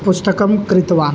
पुस्तकं क्रीतवान्